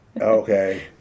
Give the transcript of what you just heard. Okay